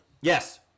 Yes